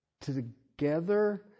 together